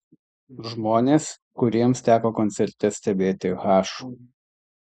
žmonės kuriems teko koncerte stebėti h